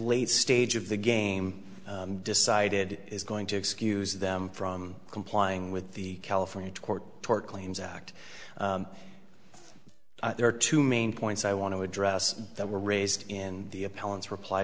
late stage of the game decided it is going to excuse them from complying with the california court tort claims act there are two main points i want to address that were raised in the appellants reply